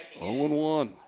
0-1